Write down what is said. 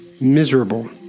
miserable